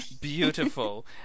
beautiful